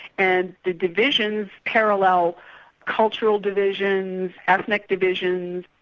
and the divisions parallel cultural divisions, ethnical divisions,